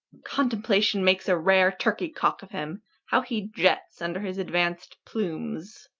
contemplation makes a rare turkey-cock of him how he jets under his advanc'd plumes!